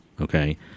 Okay